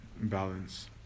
balance